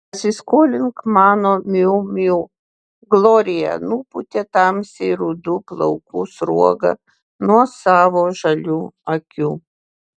pasiskolink mano miu miu glorija nupūtė tamsiai rudų plaukų sruogą nuo savo žalių akių